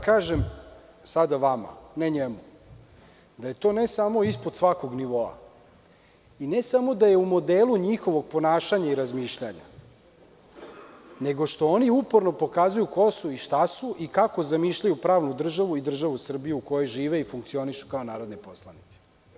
Kažem vama, ne njemu, da je to ne samo ispod svakog nivoa i ne samo da je u modelu njihovog ponašanja i razmišljanja, nego što oni uporno pokazuju ko su i šta su i kako zamišljaju pravnu državu i državu Srbiju u kojoj žive i funkcionišu kao narodni poslanici.